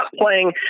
playing